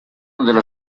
dello